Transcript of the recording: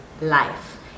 life